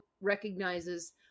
recognizes